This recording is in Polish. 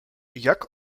jak